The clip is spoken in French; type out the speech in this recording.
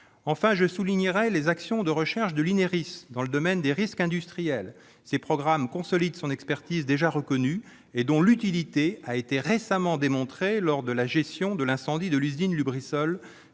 Enfin, je souligne les actions de recherche de l'Ineris dans le domaine des risques industriels. Ces programmes consolident son expertise déjà reconnue et dont l'utilité a été récemment démontrée lors de la gestion de l'incendie de l'usine Lubrizol.